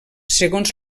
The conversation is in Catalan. segons